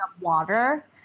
water